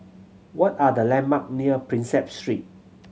what are the landmark near Prinsep Street